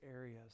areas